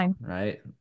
right